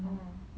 orh